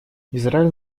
израиль